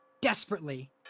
desperately